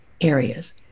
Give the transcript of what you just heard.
areas